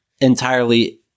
entirely